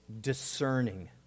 discerning